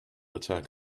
attack